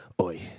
Oi